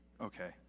Okay